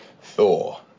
Thor